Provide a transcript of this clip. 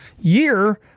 year